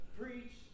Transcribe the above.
preach